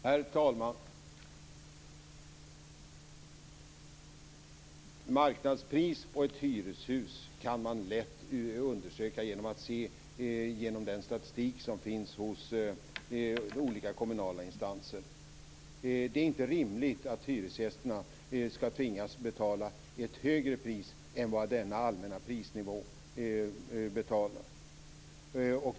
Herr talman! Marknadspris på ett hyreshus kan man lätt undersöka genom den statistik som finns hos olika kommunala instanser. Det är inte rimligt att hyresgästerna skall tvingas betala ett högre pris än vad man enligt den allmänna prisnivån betalar.